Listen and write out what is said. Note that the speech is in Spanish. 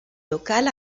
local